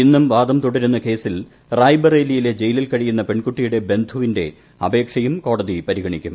ഇന്നും വാദം തുടരുന്ന കേസിൽ റായ്ബറേലിയിലെ ജയിലിൽ കഴിയുന്ന പെൺകുട്ടിയുടെ ബന്ധുവിന്റെ അപേക്ഷയും കോടതി പരിഗണിക്കും